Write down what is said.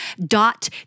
dot